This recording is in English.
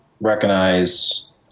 recognize